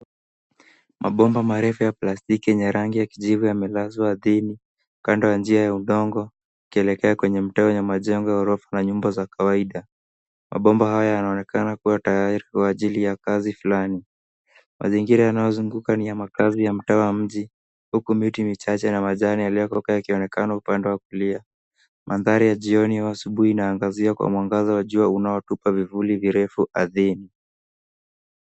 Mabomba marefu ya plastiki yenye rangi ya kijivu yamelazwa ardhini; kando ya njia ya udongo ikielekea kwenye mto ya majengo marefu na nyumba za kawaida. Mabomba hayo yanaonekana kuwa tayari kwa ajili ya kazi fulani. Mazingira yanayozunguka ni ya makazi ya mtaa wa mji huku miti michache na majani yaliyoko, yakionekana upande wa kulia. Mandhari ya jioni au asubuhi inaagazia kwa mwangaza wa jua unaotupa vivuli virefu ardhini.